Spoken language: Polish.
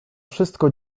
wszystko